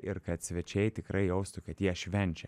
ir kad svečiai tikrai jaustų kad jie švenčia